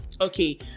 Okay